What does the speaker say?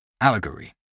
Allegory